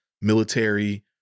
military